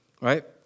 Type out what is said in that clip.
right